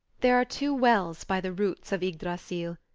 there are two wells by the roots of ygdrassil,